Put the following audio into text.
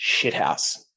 shithouse